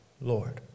Lord